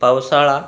पावसाळा